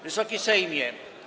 Wysoki Sejmie!